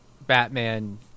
Batman